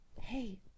hey